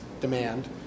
demand